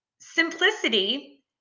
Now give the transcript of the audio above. Simplicity